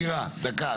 מירה, דקה.